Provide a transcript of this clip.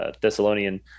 Thessalonian